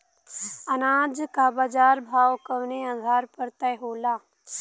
अनाज क बाजार भाव कवने आधार पर तय होला?